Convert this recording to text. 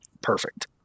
perfect